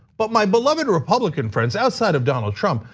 but my beloved republican friends, outside of donald trump.